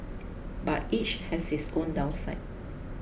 but each has its own downside